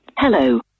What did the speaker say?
Hello